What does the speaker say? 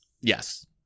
Yes